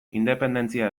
independentzia